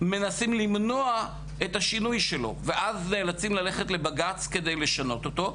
מנסים למנוע את השינוי שלו ואז נאלצים ללכת לבג"ץ כדי לשנות אותו,